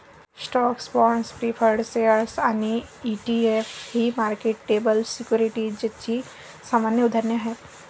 stocks, bonds, preferred shares आणि ETF ही marketable सिक्युरिटीजची सामान्य उदाहरणे आहेत